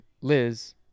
Liz